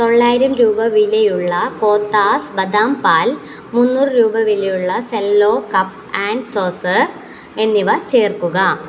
തൊള്ളായിരം രൂപ വിലയുള്ള കോത്താസ് ബദാം പാൽ മുന്നൂറ് രൂപ വിലയുള്ള സെല്ലോ കപ്പ് ആൻഡ് സോസർ എന്നിവ ചേർക്കുക